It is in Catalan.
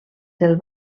del